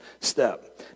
step